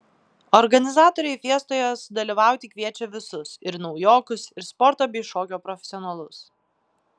organizatoriai fiestoje sudalyvauti kviečia visus ir naujokus ir sporto bei šokio profesionalus